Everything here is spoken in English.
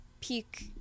peak